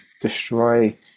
destroy